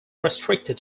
restricted